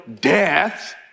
death